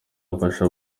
ifasha